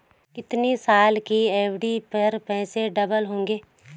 कितने साल की एफ.डी पर पैसे डबल होंगे?